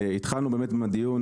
התחלנו עם הדיון,